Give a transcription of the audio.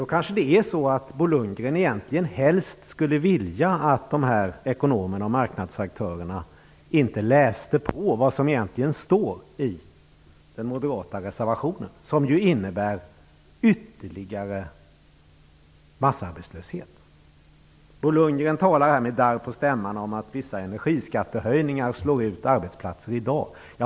Det kanske är så att Bo Lundgren helst skulle vilja att de här ekonomerna och marknadsaktörerna inte läste vad som egentligen står i den moderata reservationen, som innebär ytterligare massarbetslöshet. Bo Lundgren talar här med darr på stämman om att vissa energiskattehöjningar slår ut arbetsplatser i dag.